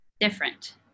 different